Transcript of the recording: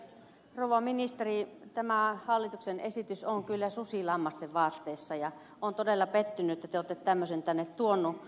rouva ministeri tämä hallituksen esitys on kyllä susi lammasten vaatteissa ja olen todella pettynyt että te olette tämmöisen tänne tuonut